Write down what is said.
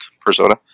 persona